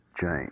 James